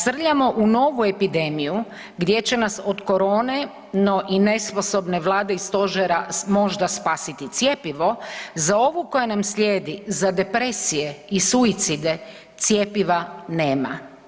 Srljamo u novu epidemiju gdje će nas od korone, no i nesposobne Vlade i Stožera možda spasiti cjepivo, za ovu koja nam slijedi, za depresije i suicide, cjepiva nema.